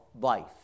life